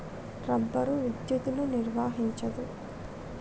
rubber విద్యుత్తును నిర్వహించదు